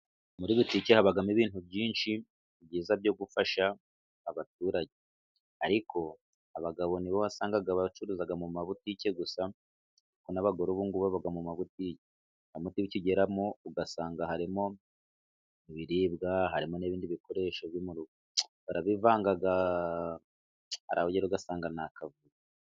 Muri butike habamo ibintu byinshi byiza byo gufasha abaturage, ariko abagabo ni bo wasangaga bacuruza mu mabutike gusa, ariko n'abagore ubungubu baba mu mabutike, hari amabutike ugeramo ugasanga harimo ibiribwa harimo n'ibindi bikoresho birimo, barabivanga wahagera ugasanga ni akavuyo.